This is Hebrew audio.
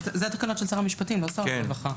זה התקנות של שר המשפטים, לא שר הרווחה.